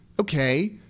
Okay